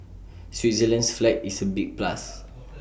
Switzerland's flag is A big plus